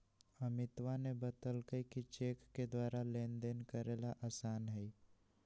अमितवा ने बतल कई कि चेक के द्वारा लेनदेन करे ला आसान हई